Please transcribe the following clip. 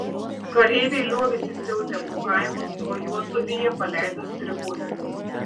kareiviai liovėsi siautę po kaimus o juodsodėje paleido stribus